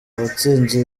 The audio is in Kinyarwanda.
uwatsinze